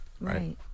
Right